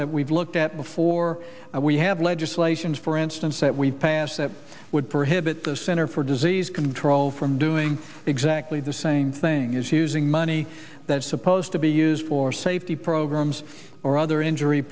that we've looked at before we have legislation for instance that we passed that would prohibit the center for disease control from doing exactly the same thing is using money that's supposed to be used for safety programs or other injury